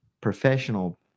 professional